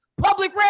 Public